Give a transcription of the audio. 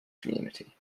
community